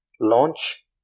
launch